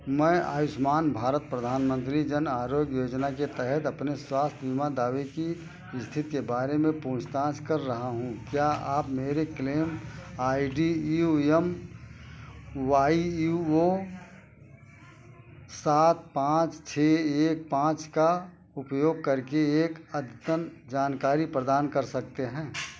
मैं आयुष्मान भारत प्रधानमंत्री जन आरोग्य योजना के तहत अपने स्वास्थ्य बीमा दावे की स्थिति के बारे में पूछताछ कर रहा हूँ क्या आप मेरे claim I D U M Y U O सात पाँच छः एक पाँच का उपयोग करके एक अद्यतन जानकारी प्रदान कर सकते हैं